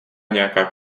nějaká